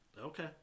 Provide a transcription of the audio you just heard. Okay